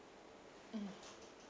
mm